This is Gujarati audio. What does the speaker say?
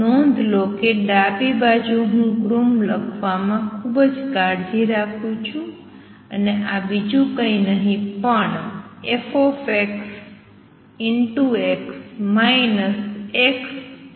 નોંધ લો કે ડાબી બાજુ હું ક્રમ લખવામાં ખૂબ કાળજી રાખું છું અને આ બીજું કઈ નહીં પણ fx xf છે